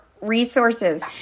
resources